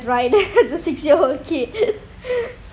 frightened as a six year old kid